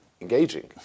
engaging